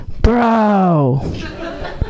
bro